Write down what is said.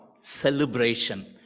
celebration